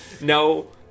no